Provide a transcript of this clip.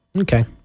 okay